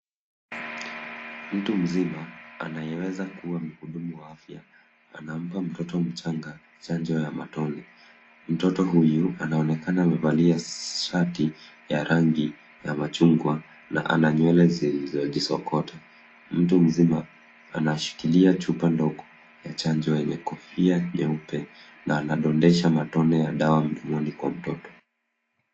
Mtu mzima anayeweza kuwa mhudumu wa afya anampa mtoto mchanga chanjo ya matone. Mtoto huyu anaonekana amevalia shati ya rangi ya machungwa na ana nywele zilizojisokota. Mtu mzima anashikilia chupa ndogo ya chanjo yenye kofia nyeupe na anadondesha matone ya dawa mdomoni kwa mtoto.